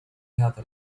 هذا